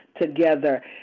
together